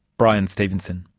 bryan stevenson.